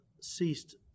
ceased